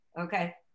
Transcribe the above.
okay